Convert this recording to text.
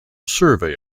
survey